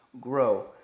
grow